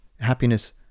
happiness